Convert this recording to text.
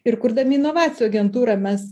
ir kurdami inovacijų agentūrą mes